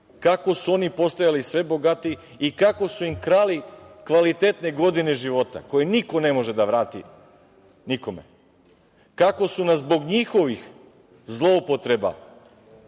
kako su oni postajali sve bogatiji i kako su im krali kvalitetne godine života koje niko ne može da vrati nikome. Kako su zbog njihovih zloupotreba